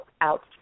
out